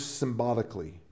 symbolically